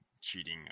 cheating